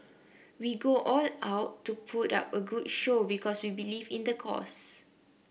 we go all out to put up a good show because we believe in the cause